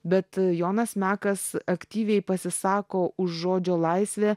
bet jonas mekas aktyviai pasisako už žodžio laisvę